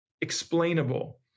explainable